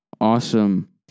awesome